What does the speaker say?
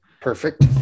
Perfect